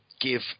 give